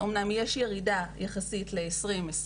אמנם יש ירידה יחסית לשנת 2020,